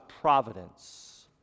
providence